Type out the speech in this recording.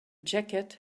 jacket